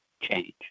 change